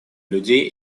людей